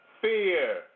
fear